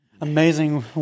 Amazing